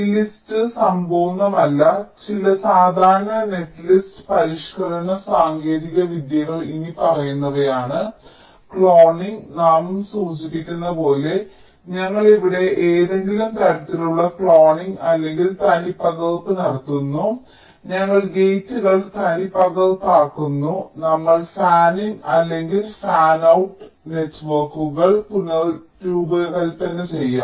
ഈ ലിസ്റ്റ് സമ്പൂർണ്ണമല്ല ചില സാധാരണ നെറ്റ്ലിസ്റ്റ് പരിഷ്ക്കരണ സാങ്കേതികവിദ്യകൾ ഇനിപ്പറയുന്നവയാണ് ക്ലോണിംഗ് നാമം സൂചിപ്പിക്കുന്നത് പോലെ ഞങ്ങൾ ഇവിടെ ഏതെങ്കിലും തരത്തിലുള്ള ക്ലോണിംഗ് അല്ലെങ്കിൽ തനിപ്പകർപ്പ് നടത്തുന്നു ഞങ്ങൾ ഗേറ്റുകൾ തനിപ്പകർപ്പാക്കുന്നു നമുക്ക് ഫാനിൻ അല്ലെങ്കിൽ ഫാനൌട് ട്രീ നെറ്റ്വർക്കുകൾ പുനർരൂപകൽപ്പന ചെയ്യാം